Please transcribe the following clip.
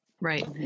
Right